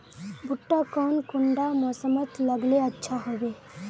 भुट्टा कौन कुंडा मोसमोत लगले अच्छा होबे?